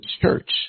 church